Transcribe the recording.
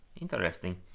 Interesting